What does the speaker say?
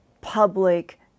public